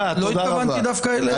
לא התכוונתי דווקא אליך.